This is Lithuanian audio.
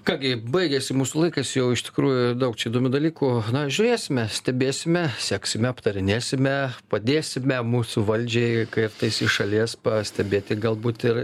ką gi baigiasi mūsų laikas jau iš tikrųjų daug čia įdomių dalykų na žiūrėsime stebėsime seksime aptarinėsime padėsime mūsų valdžiai kaip visi šalies pastebėti galbūt ir